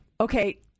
Okay